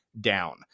down